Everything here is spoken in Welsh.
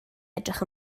edrych